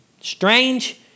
Strange